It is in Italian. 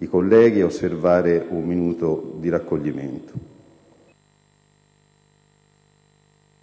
i colleghi ad osservare un minuto di raccoglimento.